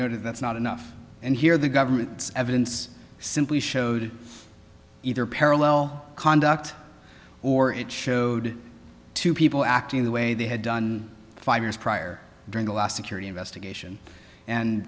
noted that's not enough and here the government's evidence simply showed either parallel conduct or it showed two people acting the way they had done five years prior during the last security investigation and